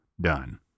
Done